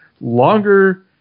longer